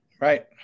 right